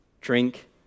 drink